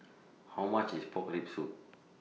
How much IS Pork Rib Soup